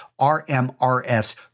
RMRS